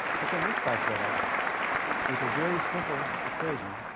but then this guy showed up with a very simple equation.